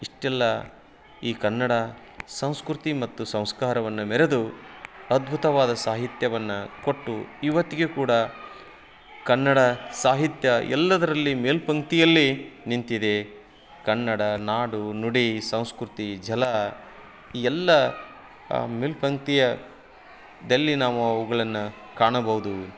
ಇಷ್ಟೆಲ್ಲ ಈ ಕನ್ನಡ ಸಂಸ್ಕೃತಿ ಮತ್ತು ಸಂಸ್ಕಾರವನ್ನು ಮೆರೆದು ಅದ್ಭುತವಾದ ಸಾಹಿತ್ಯವನ್ನು ಕೊಟ್ಟು ಇವತ್ತಿಗೆ ಕೂಡ ಕನ್ನಡ ಸಾಹಿತ್ಯ ಎಲ್ಲದರಲ್ಲಿ ಮೇಲ್ಪಂಕ್ತಿಯಲ್ಲೇ ನಿಂತಿದೆ ಕನ್ನಡ ನಾಡು ನುಡಿ ಸಂಸ್ಕೃತಿ ಜಲ ಈ ಎಲ್ಲ ಮೇಲ್ಪಂಕ್ತಿದಲ್ಲಿ ನಾವು ಅವುಗಳನ್ನು ಕಾಣಬೌದು